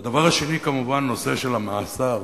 והדבר השני, כמובן הנושא של המאסר.